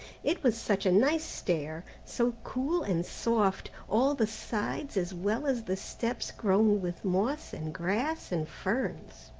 it was such a nice stair, so cool and soft all the sides as well as the steps grown with moss and grass and ferns!